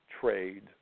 trade